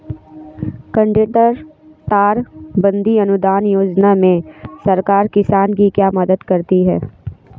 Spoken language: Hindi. कांटेदार तार बंदी अनुदान योजना में सरकार किसान की क्या मदद करती है?